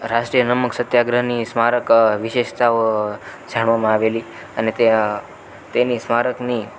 રાષ્ટ્રીય નમક સત્યાગ્રહની સ્મારક વિશેષતાઓ જાણવામાં આવેલી અને તે તેની સ્મારકની